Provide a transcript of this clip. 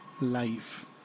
life